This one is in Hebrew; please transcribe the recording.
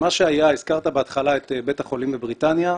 הזכרת בהתחלה את בית החולים בבריטניה,